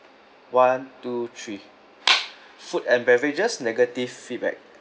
one two three food and beverages negative feedback